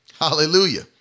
Hallelujah